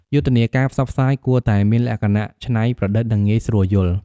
យុទ្ធនាការផ្សព្វផ្សាយគួរតែមានលក្ខណៈច្នៃប្រឌិត និងងាយស្រួលយល់។